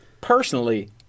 Personally